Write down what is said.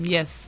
Yes